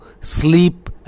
sleep